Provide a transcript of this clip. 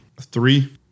three